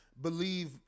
believe